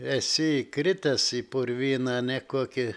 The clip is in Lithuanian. esi kritęs į purvyną ane kokį